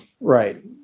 Right